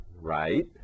right